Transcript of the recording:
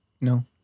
No